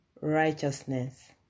Righteousness